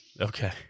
Okay